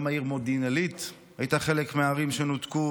גם העיר מודיעין עילית הייתה מהערים שנותקו,